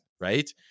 Right